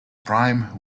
prime